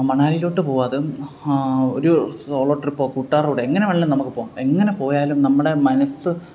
മണാലിയിലോ പോകാം അത് ഒരു സോളോ ട്രിപ്പോ കൂട്ടുകാരുടെ കൂടെ എങ്ങനെ വേണേലും നമുക്ക് പോകാം എങ്ങനെ പോയാലും നമ്മുടെ മനസ്സ്